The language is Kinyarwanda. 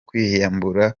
kwiyambura